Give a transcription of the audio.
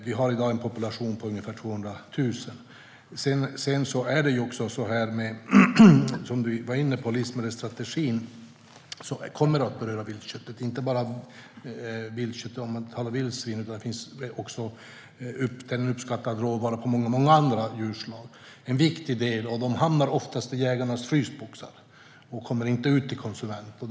Vi har i dag en population på ungefär 200 000.Som du var inne på kommer livsmedelsstrategin att beröra viltköttet, inte bara vildsvin utan också en uppskattad råvara från många andra djurslag. Den hamnar oftast i jägarnas frysboxar och kommer inte ut till konsumenterna.